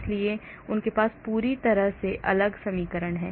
इसलिए उनके पास पूरी तरह से अलग समीकरण है